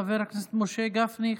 חבר הכנסת משה גפני,